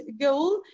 goal